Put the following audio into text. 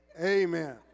Amen